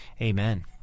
Amen